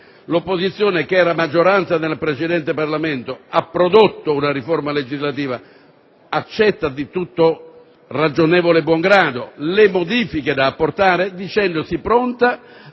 l'opposizione, che era maggioranza nel precedente Parlamento, ha prodotto una riforma legislativa e accetta di tutto ragionevole buon grado le modifiche da apportare, dicendosi pronta